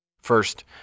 First